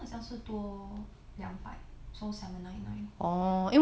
noa 好像是多两百 so seven nine nine